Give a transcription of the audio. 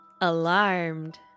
alarmed